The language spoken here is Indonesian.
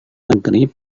negeri